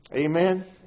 Amen